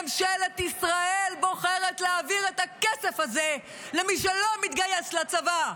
ממשלת ישראל בוחרת להעביר את הכסף הזה למי שלא מתגייס לצבא.